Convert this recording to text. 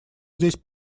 здесь